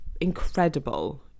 incredible